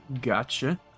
Gotcha